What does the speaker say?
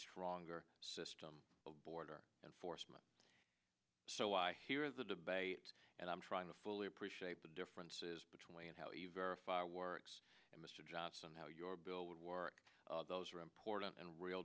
stronger system of border enforcement so i hear the debate and i'm trying to fully appreciate the differences between how you verify works and mr johnson how your bill would work those are important and real